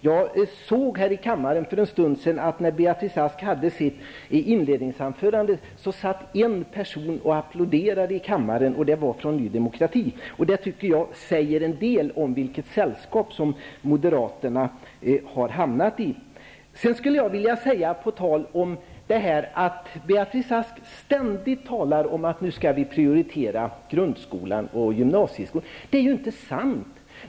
Jag lade märke till att en person här i kammaren satt och applåderade när Beatrice Ask höll sitt inledningsanförande, och det var en person från Ny Demokrati. Jag tycker att det säger en del om det sällskap som moderaterna har hamnat i. Beatrice Ask talar jämt och ständigt om att grundskolan och gymnasieskolan skall prioriteras. Men det är inte sant.